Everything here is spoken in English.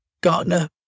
Gartner